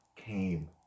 came